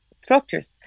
structures